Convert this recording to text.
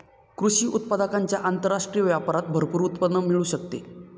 कृषी उत्पादकांच्या आंतरराष्ट्रीय व्यापारात भरपूर उत्पन्न मिळू शकते